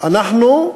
אנחנו,